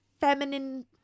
feminine